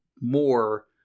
more